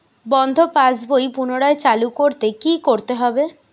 বন্ধ passbook পুনরায় চালু করতে কি করতে হবে?